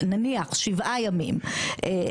נניח שבעה ימים,